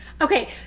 okay